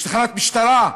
יש תחנת משטרה.